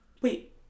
Wait